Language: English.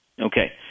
Okay